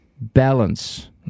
balance